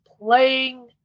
playing